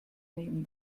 nehmen